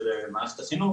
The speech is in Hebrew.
של מערכת החינוך,